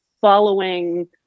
following